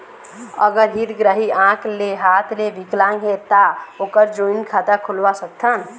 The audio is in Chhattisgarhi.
अगर हितग्राही आंख ले हाथ ले विकलांग हे ता ओकर जॉइंट खाता खुलवा सकथन?